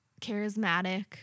charismatic